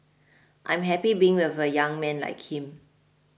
I'm happy being with a young man like him